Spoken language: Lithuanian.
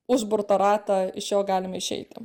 užburtą ratą iš jo galima išeiti